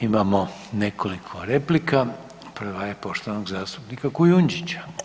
Imamo nekoliko replika, prava je poštovanog zastupnika Kujundžića.